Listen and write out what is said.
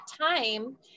time